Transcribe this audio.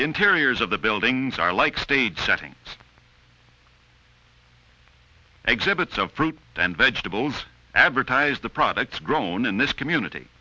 interiors of the buildings are like stage setting exhibits of fruit and vegetables advertise the products grown in this community